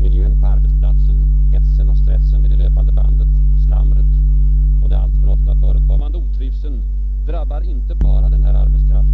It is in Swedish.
Miljön på arbetsplatsen, hetsen och stressen vid det löpande bandet, slamret och den alltför ofta förekommande otrivseln drabbar inte bara denna arbetskraft.